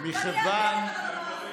ואני אארגן את הדבר הזה.